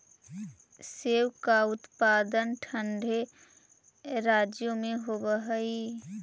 सेब का उत्पादन ठंडे राज्यों में होव हई